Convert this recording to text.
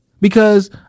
because-